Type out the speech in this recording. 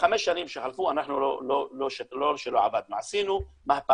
בחמש השנים שחלפו אנחנו לא שלא עבדנו, עשינו מהפך.